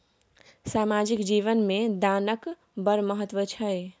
सामाजिक जीवन मे दानक बड़ महत्व छै